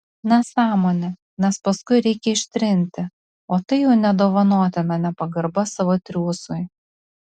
nesąmonė nes paskui reikia ištrinti o tai jau nedovanotina nepagarba savo triūsui